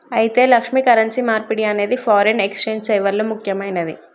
అయితే లక్ష్మి, కరెన్సీ మార్పిడి అనేది ఫారిన్ ఎక్సెంజ్ సేవల్లో ముక్యమైనది